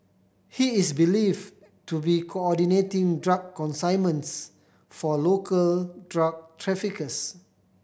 he is believed to be coordinating drug consignments for local drug traffickers